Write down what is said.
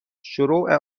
شروع